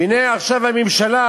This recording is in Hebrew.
והנה עכשיו הממשלה,